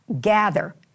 gather